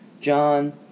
John